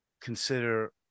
consider